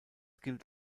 gilt